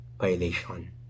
violation